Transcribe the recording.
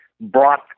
brought